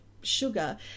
sugar